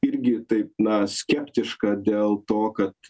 irgi taip na skeptiška dėl to kad